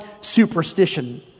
superstition